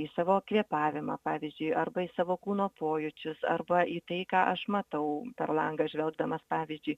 į savo kvėpavimą pavyzdžiui arba į savo kūno pojūčius arba į tai ką aš matau per langą žvelgdamas pavyzdžiui